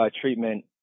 treatment